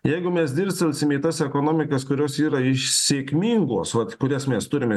jeigu mes dirstelsim į tas ekonomikas kurios yra iš sėkmingos vat kurias mes turime